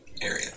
area